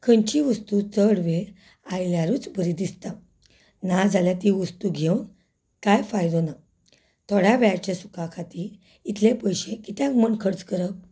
खंयचीय वस्तू चड वेळ आयल्यारूच बरी दिसता नाजाल्या ती वास्तू घेवन कांय फायदो ना थोड्या वेळाच्या सूखा खातीर इतले पयशे कित्याक म्हूण खर्च करप